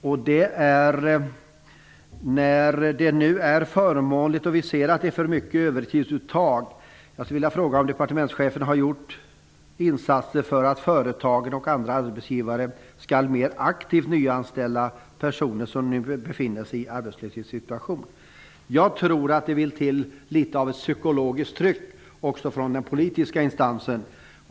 Övertidsuttaget är för stort, och jag vill fråga om departementschefen har gjort insatser för att företag och andra arbetsgivare, nu när läget är förmånligt, mera aktivt skall nyanställa personer som för närvarande befinner sig i en arbetslöshetssituation. Jag tror att det vill till litet av ett psykologiskt tryck från de politiska instanserna.